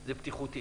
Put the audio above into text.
זה בטיחותי.